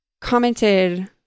commented